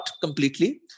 completely